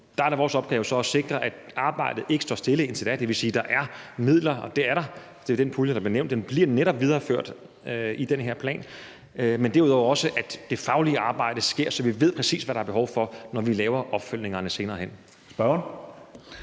er det vores opgave at sikre, at arbejdet ikke står stille indtil da. Det vil sige, at der er midler. Det er jo den pulje, der bliver nævnt; den bliver netop videreført i den her plan. Men derudover skal vi også sikre, at det faglige arbejde sker, så vi ved, præcis hvad der er behov for, når vi laver opfølgningerne senere hen.